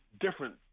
different